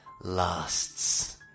lasts